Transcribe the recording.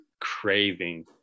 craving